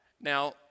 Now